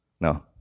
No